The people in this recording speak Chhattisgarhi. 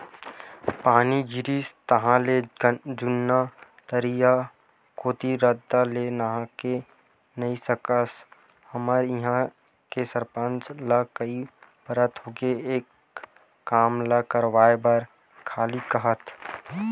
पानी गिरिस ताहले जुन्ना तरिया कोती रद्दा ले नाहके नइ सकस हमर इहां के सरपंच ल कई परत के होगे ए काम ल करवाय बर खाली काहत